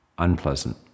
Unpleasant